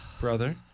Brother